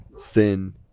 thin